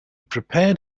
prepared